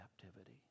captivity